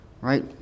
right